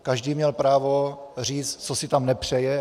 Každý měl právo říct, co si tam nepřeje.